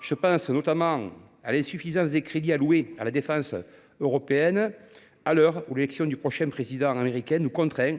Je pense notamment à l’insuffisance des crédits alloués à la défense européenne à l’heure où la prochaine installation du président élu américain nous contraint